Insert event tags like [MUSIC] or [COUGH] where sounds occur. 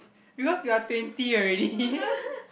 because you are twenty already [LAUGHS]